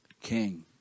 king